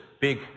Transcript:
big